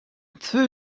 through